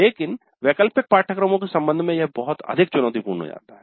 लेकिन वैकल्पिक पाठ्यक्रमों के संबंध में यह बहुत अधिक चुनौतीपूर्ण हो जाता है